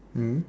mm